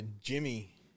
Jimmy